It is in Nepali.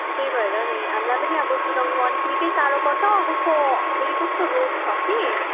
त्यही भएर पनि हामीलाई पनि अब कुदाउनु अलिक निकै साह्रो पर्छ कस्तो फेरि कस्तो रोड छ कि